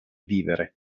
vivere